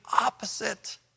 opposite